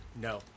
No